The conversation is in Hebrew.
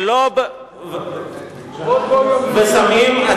כשאנחנו מסכימים,